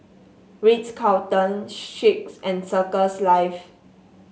Ritz Carlton Schicks and Circles Life